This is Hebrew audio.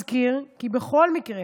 אזכיר כי בכל מקרה,